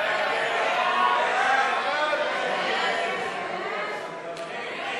סעיף